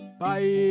Bye